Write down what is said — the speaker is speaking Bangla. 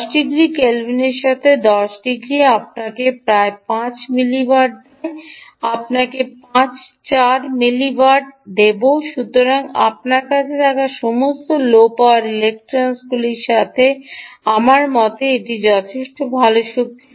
10 ডিগ্রি কেলভিনের সাথে 10 ডিগ্রি আমরা আপনাকে প্রায় 4 মিলিওয়াট দেব আপনাকে প্রায় 4 মিলিওয়াট দেবো সুতরাং আমাদের কাছে থাকা সমস্ত লো পাওয়ার ইলেকট্রনিক্সের সাথে আমার মতে এটি যথেষ্ট ভাল শক্তি